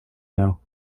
know